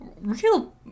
real